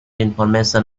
information